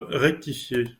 rectifié